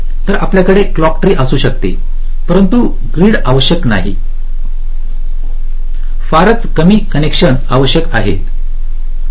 तर आपल्याकडे clock tree असू शकते परंतु ग्रीड आवश्यक नाही फारच कमी कनेक्शन आवश्यक आहेत